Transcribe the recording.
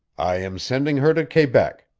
i am sending her to quebec.